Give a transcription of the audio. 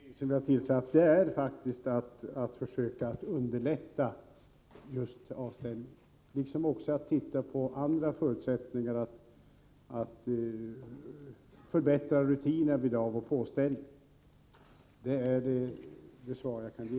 Fru talman! Syftet med den utredning som jag har tillsatt är faktiskt att försöka underlätta just avställning, liksom att se på andra förutsättningar att förbättra rutinerna vid avoch påställning. Det är det svar jag kan ge.